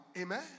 Amen